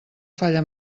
falla